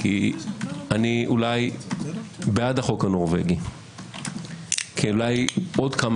אני אולי בעד החוק הנורבגי כי אולי עוד כמה